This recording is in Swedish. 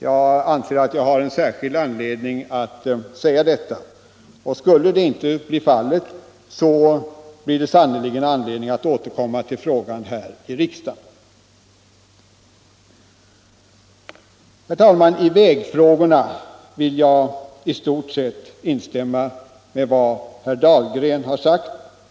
Jag anser att jag har särskild anledning att säga detta. I annat fall blir det sannerligen anledning att återkomma till frågan här i riksdagen. Herr talman! I vägfrågorna vill jag i stort instämma i vad herr Dahlgren har sagt.